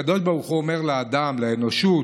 הקדוש ברוך הוא אומר לאדם, לאנושות: